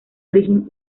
origen